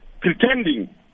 pretending